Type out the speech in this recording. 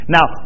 Now